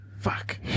Fuck